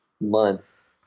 months